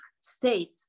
state